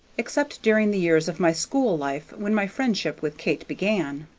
except during the years of my school life, when my friendship with kate began.